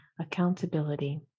accountability